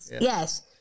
Yes